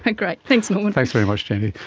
ah great, thanks norman. thanks very much jennie.